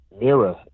mirror